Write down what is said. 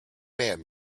man